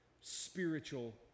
spiritual